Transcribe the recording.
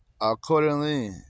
Accordingly